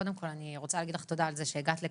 קודם כול אני רוצה להגיד לך תודה על זה שהגעת לכאן,